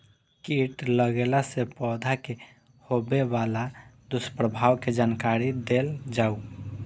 कीट लगेला से पौधा के होबे वाला दुष्प्रभाव के जानकारी देल जाऊ?